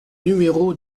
numéro